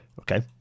Okay